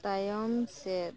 ᱛᱟᱭᱚᱢ ᱥᱮᱫ